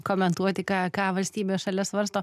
komentuoti ką ką valstybė šalia svarsto